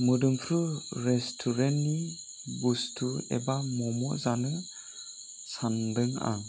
मोदोमफ्रु रेस्टुरेन्ट नि बस्थु एबा मम' जानो सानदों आं